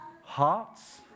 hearts